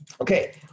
Okay